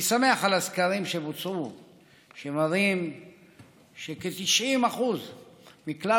אני שמח על הסקרים שבוצעו שמראים שכ-90% מכלל